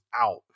out